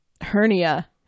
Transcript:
hernia